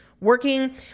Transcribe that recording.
working